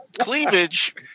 cleavage